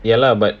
ya lah but